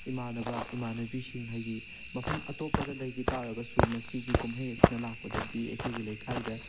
ꯏꯃꯥꯟꯅꯕ ꯏꯃꯥꯟꯅꯕꯤꯁꯤꯡ ꯍꯥꯏꯗꯤ ꯃꯐꯝ ꯑꯇꯣꯞꯄꯗ ꯂꯩꯈꯤ ꯇꯥꯔꯒꯁꯨ ꯃꯁꯤꯒꯤ ꯀꯨꯝꯍꯩ ꯑꯁꯤꯅ ꯂꯥꯛꯄꯗꯗꯤ ꯑꯩꯈꯣꯏꯒꯤ ꯂꯩꯀꯥꯏꯗ